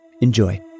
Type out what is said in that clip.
Enjoy